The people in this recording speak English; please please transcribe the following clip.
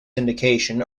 indication